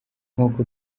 nk’uko